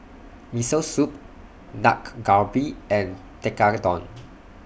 Miso Soup Dak Galbi and Tekkadon